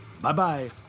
Bye-bye